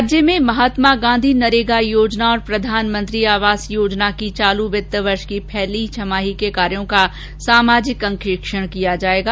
राज्य में महात्मा गांधी नरेगा योजना और प्रधानमंत्री आवास योजना की चालू वित वर्ष की पहली छमाही के कार्यो का सामाजिक अंकेक्षण किया जाएगा